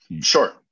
Sure